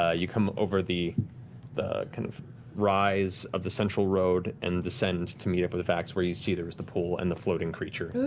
ah you come over the the kind of rise of the central road and descend to meet up with vax where you see there was the pool and the floating creature.